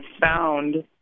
found